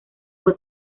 fue